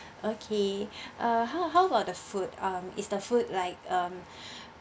okay uh how how about the food um is the food like um